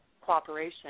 cooperation